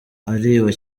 ariba